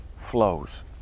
flows